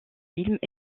films